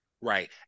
right